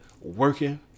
working